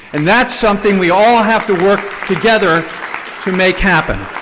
and that's something we all have to work together to make happen.